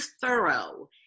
thorough